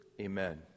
Amen